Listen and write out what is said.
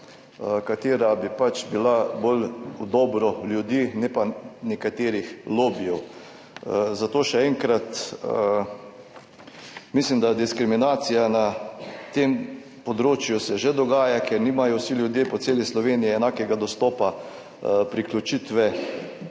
ki bi bila bolj v dobro ljudi, ne pa nekaterih lobijev. Zato še enkrat, mislim, da se diskriminacija na tem področju že dogaja, ker nimajo vsi ljudje po celi Sloveniji enakega dostopa do priključitve